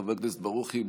חבר הכנסת ברוכי,